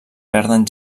perden